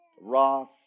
Ross